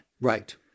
Right